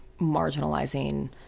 marginalizing